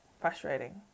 frustrating